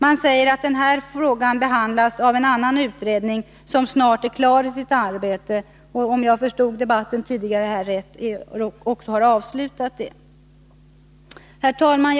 Man säger att frågan behandlas av en annan utredning, som snart är klar med sitt arbete eller — om jag har förstått den tidigare debatten rätt — som redan har avslutat det. Herr talman!